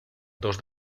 dos